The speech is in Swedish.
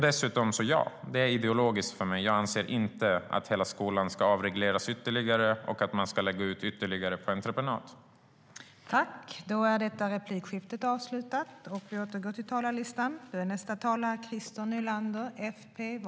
Dessutom är det ideologiskt för mig. Jag anser inte att hela skolan ska avregleras ytterligare och att man ska lägga ut ytterligare på entreprenad.